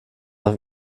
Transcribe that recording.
auf